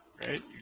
right